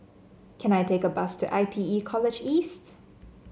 can I take a bus to I T E College East